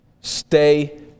Stay